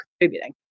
contributing